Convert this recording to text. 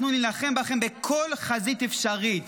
אנחנו נילחם בכם בכל חזית אפשרית,